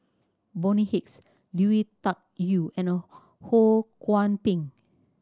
Bonny Hicks Lui Tuck Yew and Ho Kwon Ping